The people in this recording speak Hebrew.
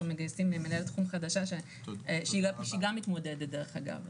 עבודה מדהימה ואנחנו מגייסים מנהלת תחום חדשה שהיא גם מתמודדת דרך אגב.